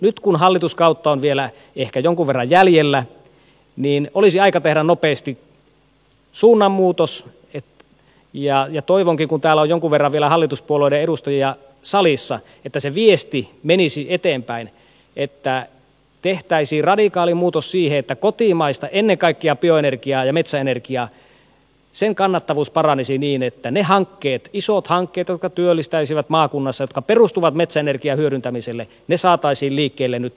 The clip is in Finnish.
nyt kun hallituskautta on vielä ehkä jonkun verran jäljellä niin olisi aika tehdä nopeasti suunnanmuutos ja toivonkin kun täällä on jonkun verran vielä hallituspuolueiden edustajia salissa että se viesti menisi eteenpäin että tehtäisiin radikaali muutos siihen että kotimaisen energian ennen kaikkea bioenergian ja metsäenergian kannattavuus paranisi niin että ne hankkeet isot hankkeet jotka työllistäisivät maakunnassa ja jotka perustuvat metsäenergian hyödyntämiselle saataisiin liikkeelle nyt nopeasti